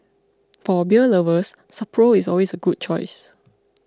for beer lovers Sapporo is always a good choice